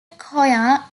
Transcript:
choir